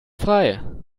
frei